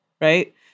Right